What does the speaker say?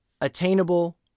Attainable